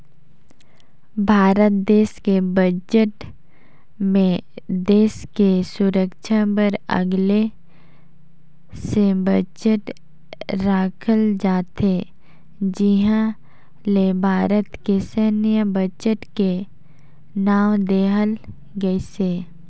भारत देस के बजट मे देस के सुरक्छा बर अगले से बजट राखल जाथे जिहां ले भारत के सैन्य बजट के नांव देहल गइसे